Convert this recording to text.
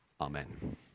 amen